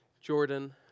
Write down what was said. Jordan